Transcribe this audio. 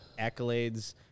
accolades